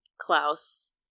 Klaus